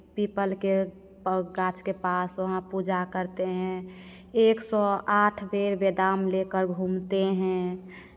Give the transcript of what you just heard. people के पौ गाछ के पास वहाँ पूजा करते हैं एक सौ आठ बेर बादाम लेकर घूमते हैं